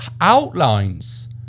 outlines